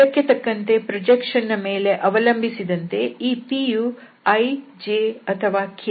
ಅದಕ್ಕೆ ತಕ್ಕಂತೆ ಪ್ರೊಜೆಕ್ಷನ್ ನ ಮೇಲೆ ಅವಲಂಬಿಸಿದಂತೆ ಈ p ಯು i j ಅಥವಾ k